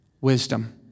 wisdom